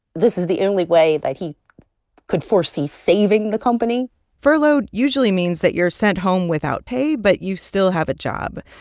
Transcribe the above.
this is the only way that he could foresee saving the company furloughed usually means that you're sent home without pay, but you still have a job.